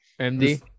MD